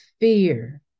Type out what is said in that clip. Fear